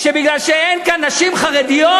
שמכיוון שאין כאן נשים חרדיות,